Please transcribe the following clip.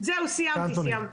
סיימתי.